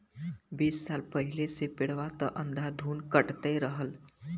बीस साल पहिले से पेड़वा त अंधाधुन कटते रहल